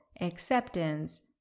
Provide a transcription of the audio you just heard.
Acceptance